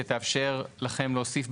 שתאפשר לכם להוסיף,